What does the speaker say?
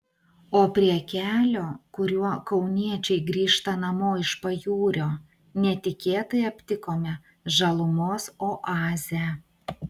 o prie kelio kuriuo kauniečiai grįžta namo iš pajūrio netikėtai aptikome žalumos oazę